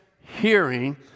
hearing